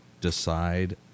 decide